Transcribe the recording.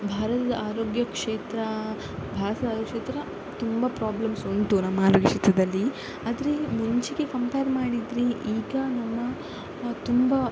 ಭಾರತದ ಆರೋಗ್ಯ ಕ್ಷೇತ್ರ ಭಾರತದ ಆರೋಗ್ಯ ಕ್ಷೇತ್ರ ತುಂಬ ಪ್ರಾಬ್ಲಮ್ಸ್ ಉಂಟು ನಮ್ಮ ಆರೋಗ್ಯ ಕ್ಷೇತ್ರದಲ್ಲಿ ಆದರೆ ಮುಂಚೆಗೆ ಕಂಪೇರ್ ಮಾಡಿದರೆ ಈಗ ನಮ್ಮ ತುಂಬ